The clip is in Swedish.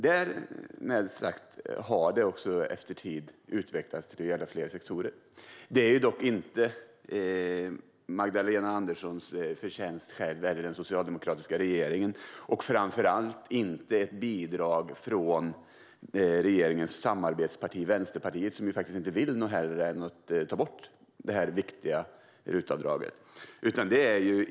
Men avdraget har också efter tid utvecklats till fler och fler sektorer. Det är dock inte Magdalena Anderssons förtjänst eller den socialdemokratiska regeringens förtjänst, och det är framför allt inte ett bidrag från regeringens samarbetsparti Vänsterpartiet, som faktiskt inte vill något hellre än att ta bort det viktiga RUT-avdraget.